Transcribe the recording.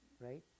Right